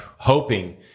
hoping